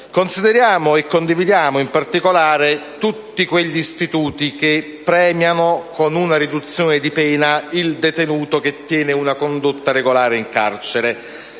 Consideriamo e condividiamo in particolare tutti quegli istituti che premiano con una riduzione di pena il detenuto che tiene una condotta regolare in carcere,